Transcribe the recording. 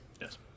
Yes